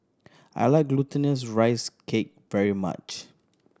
I like Glutinous Rice Cake very much